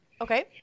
Okay